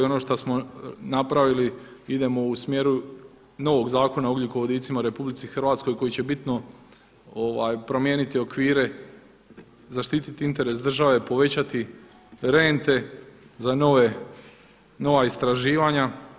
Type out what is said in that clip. Ono što smo napravili idemo u smjeru novog Zakona o ugljikovodicima u RH koji će bitno promijeniti okvire, zaštititi interes države, povećati rente za nova istraživanja.